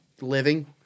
living